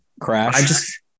Crash